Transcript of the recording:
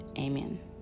Amen